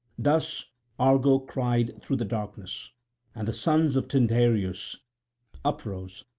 thus argo cried through the darkness and the sons of tyndareus uprose,